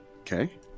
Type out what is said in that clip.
Okay